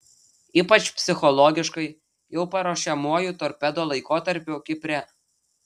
ypač psichologiškai jau paruošiamuoju torpedo laikotarpiu kipre